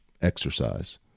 exercise